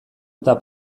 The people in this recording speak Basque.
eta